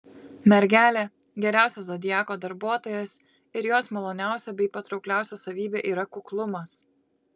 mergelė geriausias zodiako darbuotojas ir jos maloniausia bei patraukliausia savybė yra kuklumas